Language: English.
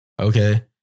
okay